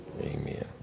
Amen